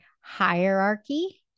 hierarchy